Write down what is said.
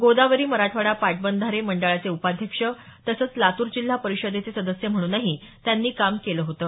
गोदावरी मराठवाडा पाटबंधारे मंडळाचे उपाध्यक्ष तसंच लातूर जिल्हा परिषदेचे सदस्य म्हणूनही त्यांनी काम केलं होतं